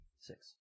Six